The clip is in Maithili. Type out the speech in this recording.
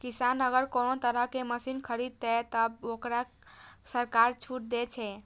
किसान अगर कोनो तरह के मशीन खरीद ते तय वोकरा सरकार छूट दे छे?